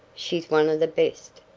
she's one of the best,